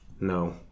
no